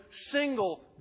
single